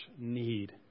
need